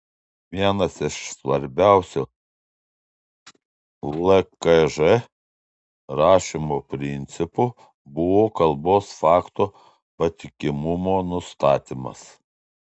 vienas iš svarbiausių lkž rašymo principų buvo kalbos fakto patikimumo nustatymas